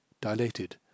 dilated